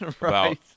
Right